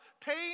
pain